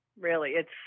really—it's